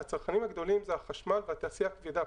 עדין הצרכנים הגדולים זה החשמל והתעשייה הכבדה.